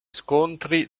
scontri